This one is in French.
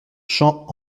champ